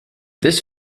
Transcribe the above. this